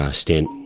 ah stent,